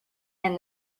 and